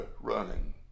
running